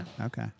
okay